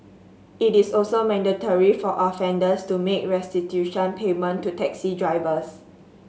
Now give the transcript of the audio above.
it is also mandatory for offenders to make restitution payment to taxi drivers